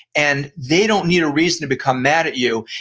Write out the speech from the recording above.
and they don't need a reason to become mad at you,